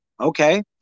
okay